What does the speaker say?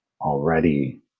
already